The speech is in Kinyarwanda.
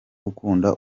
ukunda